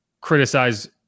criticize